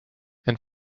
and